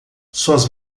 suas